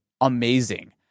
amazing